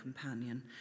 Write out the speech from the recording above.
companion